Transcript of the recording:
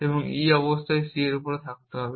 এবং e অবশ্যই c এর উপর থাকতে হবে